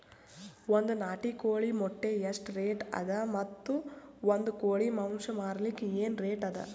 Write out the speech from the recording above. ಒಂದ್ ನಾಟಿ ಕೋಳಿ ಮೊಟ್ಟೆ ಎಷ್ಟ ರೇಟ್ ಅದ ಮತ್ತು ಒಂದ್ ಕೋಳಿ ಮಾಂಸ ಮಾರಲಿಕ ಏನ ರೇಟ್ ಅದ?